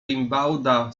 rimbauda